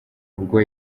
ubwo